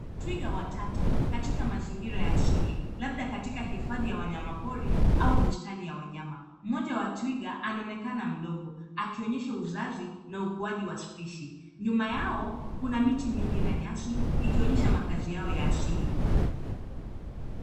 Twiga watatu katika mazingira ya asili, labda katika hifadhi ya wanyama pori au bustani ya wanyama .Mmoja wa twiga anaonekana mdogo , akionyesha uzazi na ukuaji wa spishi .Nyuma yao kuna miti mingi na nyasi ikionyesha makazi yao ya asili.